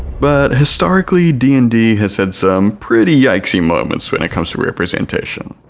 but historically d and d has had some pretty yikesy moments when it comes to representation,